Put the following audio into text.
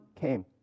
came